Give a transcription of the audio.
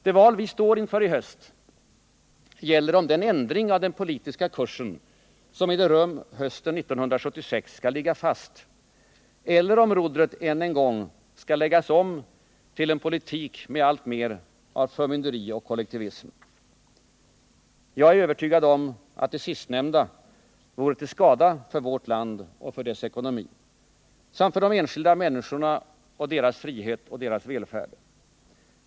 Det val som vi står inför i höst gäller om den ändring av den politiska kursen som ägde rum hösten 1976 skall ligga fast eller om rodret än en gång skall läggas om till en politik med alltmer av förmynderi och kollektivism. Jag är övertygad om att det sistnämnda vore till skada för vårt land och för vår ekonomi samt för de enskilda människorna och deras frihet och deras välfärd.